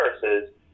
viruses